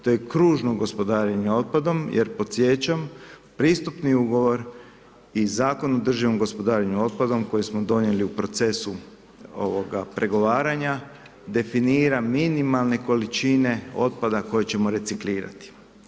To je kružno gospodarenje otpadom jer podsjećam pristupni ugovor i Zakon o održivom gospodarenju otpadom koji smo donijeli u procesu pregovaranja definira minimalne količine otpada koje ćemo reciklirati.